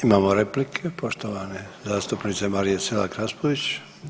Imamo replike poštovane zastupnice Marije Selak Raspudić.